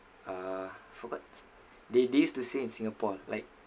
uh forgot they they used to stay in singapore ah like